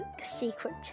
secret